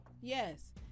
Yes